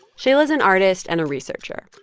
shaila's an artist and a researcher.